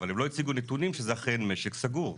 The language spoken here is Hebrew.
אבל הם לא הציגו נתונים שזה אכן משק סגור,